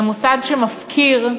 זה מוסד שמפקיר,